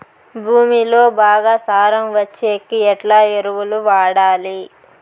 భూమిలో బాగా సారం వచ్చేకి ఎట్లా ఎరువులు వాడాలి?